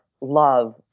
love